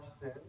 sin